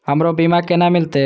हमरो बीमा केना मिलते?